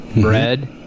bread